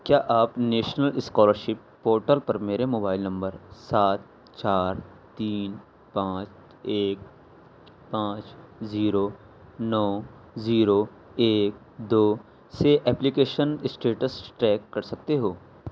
کیا آپ national scholarship portal پر میرے موبائل نمبر سات چار تین پانچ ایک پانچ زیرو نو زیرو ایک دو سے ایپلیکیشن اسٹیٹس ٹریک کر سکتے ہو